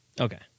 Okay